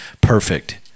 perfect